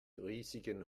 riesigen